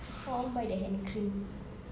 oh I want to buy the hand cream